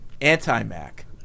Anti-Mac